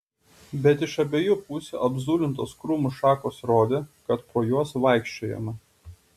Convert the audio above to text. bet iš abiejų pusių apzulintos krūmų šakos rodė kad pro juos vaikščiojama